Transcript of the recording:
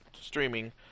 streaming